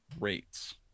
rates